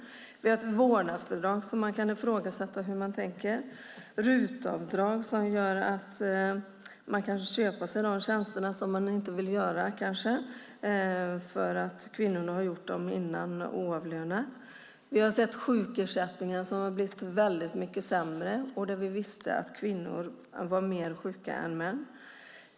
Vi har ett vårdnadsbidrag där vi kan ifrågasätta hur man tänkt. Vi har ett RUT-avdrag som gör att man kan köpa sig de tjänster man inte vill göra - sådant som kvinnor har tidigare gjort oavlönat. Vi har fått en sämre sjukersättning - och vi vet att kvinnor är mer sjuka än män.